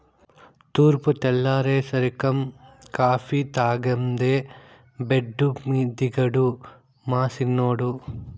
తూర్పు తెల్లారేసరికం కాఫీ తాగందే బెడ్డు దిగడు మా సిన్నోడు